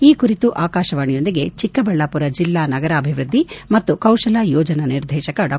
ಈ ಕುರಿತು ಆಕಾಶವಾಣಿಯೊಂದಿಗೆ ಚಿಕ್ಕಬಳ್ಳಾಪುರ ಜಿಲ್ಲಾ ನಗರಾಭಿವೃದ್ದಿ ಮತ್ತು ಕೌಶಲಾ ಯೋಜನಾ ನಿರ್ದೇಶಕ ಡಾ